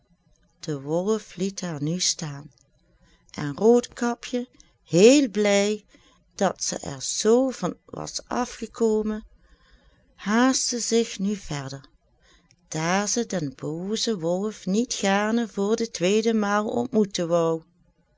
de wolf liet haar nu staan en roodkapje heel blij dat ze er zoo van was afgekomen haastte zich nu verder daar ze den boozen wolf niet gaarne voor de tweede maal ontmoeten wou